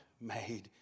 made